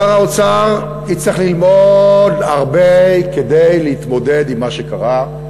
שר האוצר יצטרך ללמוד הרבה כדי להתמודד עם מה שקרה,